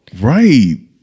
Right